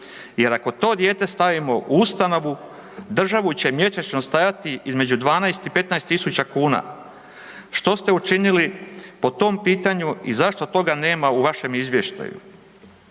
Jer ako to dijete stavimo u ustavu, državu će mjesečno stajati između 12 i 15 000 kuna. Što ste učinili po tom pitanju i zašto toga nema u vašem izvještaju?